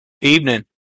Evening